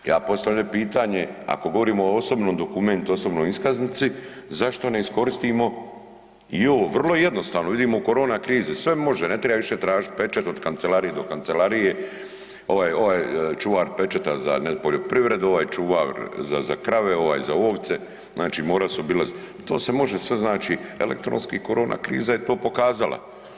Ja postavljam pitanje, ako govorimo o osobnom dokumentu, osobnoj iskaznici, zašto ne iskoristimo i ovo vrlo jednostavno, vidimo korona kriza sve može, ne treba više tražit pečat od kancelarije do kancelarije, ovaj, ovaj čuvar pečata za poljoprivredu, ovaj čuvar za, za krave, ovaj za ovce, znači mora su bile, to se može sve znači elektronski, korona kriza je to pokazala.